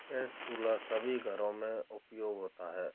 gas चूल्हा सभी घरों में उपयोग होता है